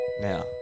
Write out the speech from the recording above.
Now